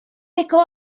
recò